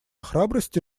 храбрости